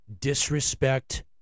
disrespect